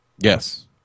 Yes